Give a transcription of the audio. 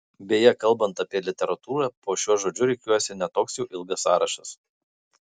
beje kalbant apie literatūrą po šiuo žodžiu rikiuojasi ne toks jau ilgas sąrašas